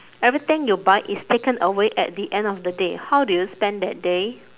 everything you buy is taken away at the end of the day how do you spend that day